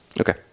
Okay